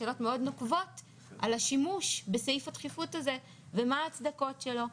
שאלות מאוד נוקבות על השימוש בסעיף הדחיפות הזה ומה ההצדקות שלו.